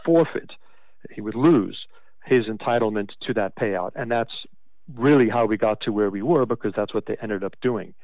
forfeit he would lose his entitlement to that payout and that's really how we got to where we were because that's what the ended up